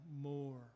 more